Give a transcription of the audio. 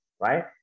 right